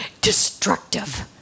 destructive